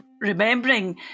remembering